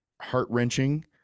heart-wrenching